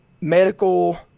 medical